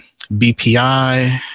bpi